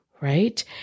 right